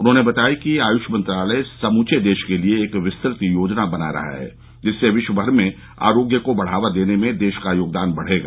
उन्होंने बताया कि आयुष मंत्रालय समूचे देश के लिए एक विस्तृत योजना बना रहा है जिससे विश्वभर में आरोग्य को बढावा देने में देश का योगदान बढेगा